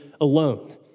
alone